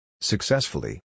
Successfully